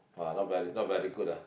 !wah! not very not very good ah